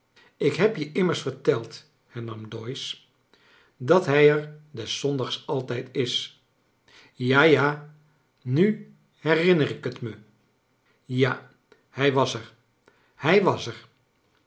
ik heb je immers verteld hernam doyce dat hij er des zondags altijd is ja ja nu herinner ik t me ja hij was er hij was er